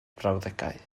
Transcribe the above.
brawddegau